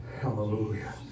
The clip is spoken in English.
hallelujah